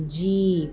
jeep